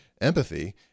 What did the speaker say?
empathy